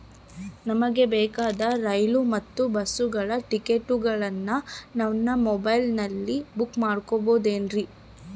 ನಮಗೆ ಬೇಕಾದ ರೈಲು ಮತ್ತ ಬಸ್ಸುಗಳ ಟಿಕೆಟುಗಳನ್ನ ನಾನು ಮೊಬೈಲಿನಾಗ ಬುಕ್ ಮಾಡಬಹುದೇನ್ರಿ?